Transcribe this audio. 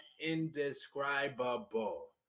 indescribable